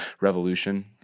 revolution